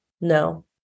no